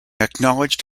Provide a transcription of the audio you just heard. acknowledged